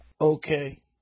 Okay